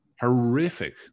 Horrific